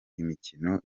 imikino